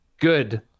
good